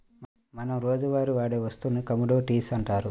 మనం రోజువారీగా వాడే వస్తువులను కమోడిటీస్ అంటారు